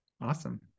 Awesome